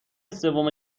سوم